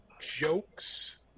jokes